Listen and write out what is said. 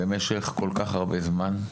במשך כל כך הרבה זמן,